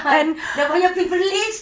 alahai dah banyak privilege